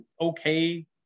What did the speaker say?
okay